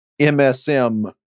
MSM